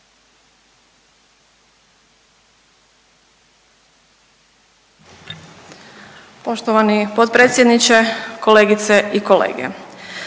Poštovani potpredsjedniče, kolegice i kolege,